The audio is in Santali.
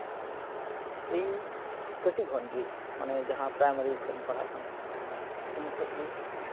ᱤᱧ ᱠᱟᱹᱴᱤᱡ ᱠᱷᱚᱱᱜᱮ ᱢᱟᱱᱮ ᱡᱟᱦᱟᱸ ᱯᱨᱟᱭᱢᱟᱨᱤ ᱠᱷᱚᱡ ᱯᱟᱲᱦᱟᱜ ᱠᱟᱱ ᱛᱟᱦᱮᱱᱟ ᱩᱱ ᱠᱷᱚᱡ ᱜᱮ